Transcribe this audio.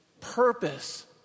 purpose